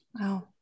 Wow